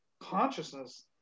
consciousness